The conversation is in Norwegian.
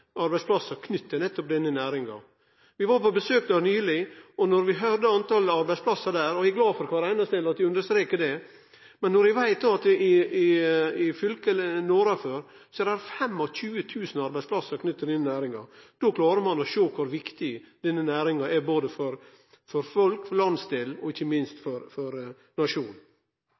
arbeidsplassar knytt til nettopp denne næringa. Vi var nyleg på besøk og høyrde talet på arbeidsplassar der – eg er glad for kvar einaste ein, det vil eg understreke – og når vi veit at det i fylket nordafor er 25 000 arbeidsplassar knytt til denne næringa, då klarar ein å sjå kor viktig denne næringa er både for folk, for landsdelen og ikkje minst for